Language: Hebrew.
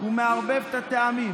הוא מערבב את הטעמים.